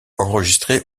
enregistré